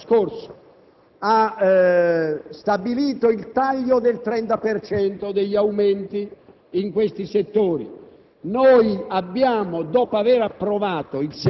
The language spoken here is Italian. La finanziaria dell'anno scorso ha stabilito il taglio del 30 per cento degli aumenti in questi settori.